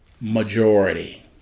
majority